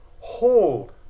Hold